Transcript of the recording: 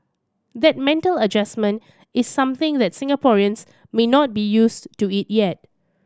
that mental adjustment is something that Singaporeans may not be used to it yet